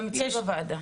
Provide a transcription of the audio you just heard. גם אצלי בוועדה.